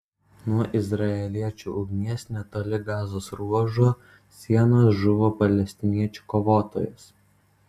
nuo izraeliečių ugnies netoli gazos ruožo sienos žuvo palestiniečių kovotojas